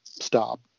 Stop